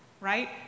Right